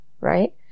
right